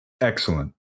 Excellent